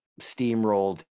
steamrolled